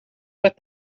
what